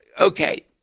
okay